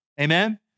Amen